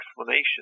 explanation